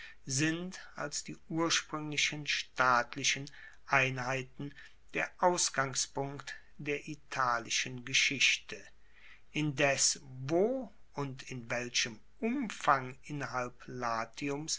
sind als die urspruenglichen staatlichen einheiten der ausgangspunkt der italischen geschichte indes wo und in welchem umfang innerhalb latiums